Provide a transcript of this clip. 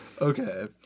Okay